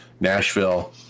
Nashville